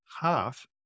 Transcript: half